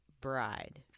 Bride